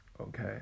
Okay